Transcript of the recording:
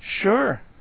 Sure